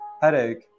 Headache